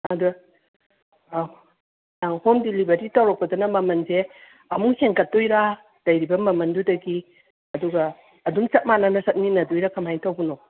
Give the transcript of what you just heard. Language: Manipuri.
ꯑꯗꯨ ꯑꯧ ꯍꯣꯝ ꯗꯦꯂꯤꯚꯔꯤ ꯇꯧꯔꯛꯄꯗꯨꯅ ꯃꯃꯟꯁꯦ ꯑꯃꯨꯛ ꯍꯦꯟꯀꯠꯇꯣꯏꯔꯥ ꯂꯩꯔꯤꯕ ꯃꯃꯟꯗꯨꯗꯒꯤ ꯑꯗꯨꯒ ꯑꯗꯨꯝ ꯆꯞ ꯃꯥꯟꯅꯅ ꯆꯠꯃꯤꯟꯅꯗꯣꯏꯔꯥ ꯀꯃꯥꯏ ꯇꯧꯕꯅꯣ